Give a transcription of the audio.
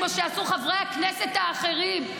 כמו שעשו חברי הכנסת האחרים,